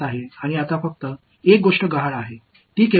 எனவே இதன் மேற்பரப்பு எவ்வளவு